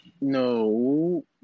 no